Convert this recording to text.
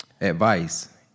Advice